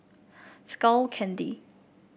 Skull Candy